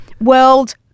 world